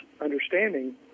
understanding